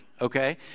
okay